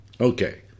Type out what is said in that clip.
Okay